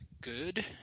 good